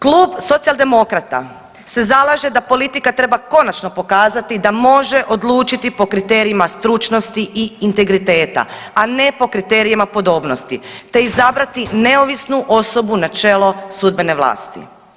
Klub Socijaldemokrata se zalaže da politika treba konačno pokazati da može odlučiti po kriterijima stručnosti i integriteta a ne po kriterijima podobnosti te izabrati neovisnu osobu na čelo sudbene vlasti.